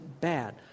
bad